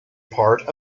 part